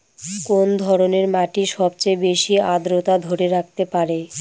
কোন ধরনের মাটি সবচেয়ে বেশি আর্দ্রতা ধরে রাখতে পারে?